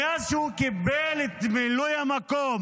מאז שהוא קיבל את מילוי המקום